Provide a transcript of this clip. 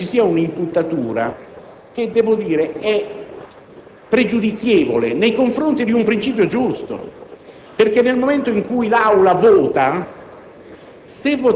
Mi sembra che ci sia un'impuntatura, che - devo dire - è pregiudizievole, nei confronti di un principio giusto perché se l'Aula voterà